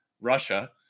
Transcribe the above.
Russia